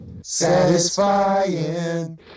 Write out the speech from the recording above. Satisfying